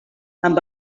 amb